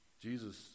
Jesus